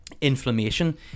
inflammation